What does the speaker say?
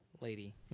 lady